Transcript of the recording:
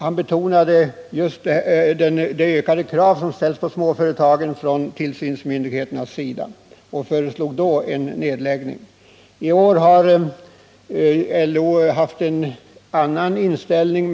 Han betonade just de ökade krav som ställts på småföretagen från tillsynsmyndigheternas sida och föreslog då en förlängning. I år har LO haft en annan inställning.